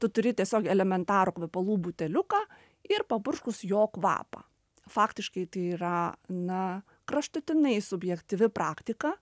tu turi tiesiog elementarų kvepalų buteliuką ir papurškus jo kvapą faktiškai tai yra na kraštutinai subjektyvi praktika